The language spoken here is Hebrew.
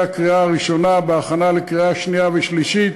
בהכנה לקריאה שנייה ושלישית,